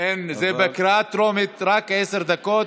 זה בקריאה טרומית, רק עשר דקות.